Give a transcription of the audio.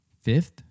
fifth